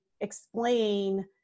explain